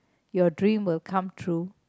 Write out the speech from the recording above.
your dream will come true